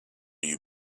you